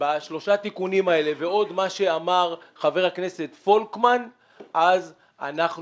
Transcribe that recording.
לא הצלחנו לעשות בשנתיים האחרונות, אז גם